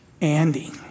Andy